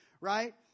Right